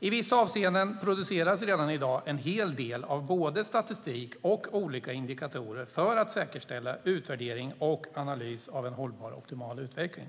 I vissa avseenden produceras redan i dag en hel del statistik och olika indikatorer för att säkerställa utvärdering och analys av en hållbar och optimal utveckling